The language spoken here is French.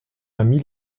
ami